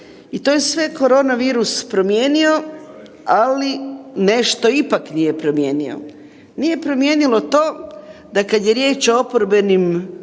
I to je sve korona virus promijenio, ali nešto ipak nije promijenio. Nije promijenilo to da kad je riječ o oporbenim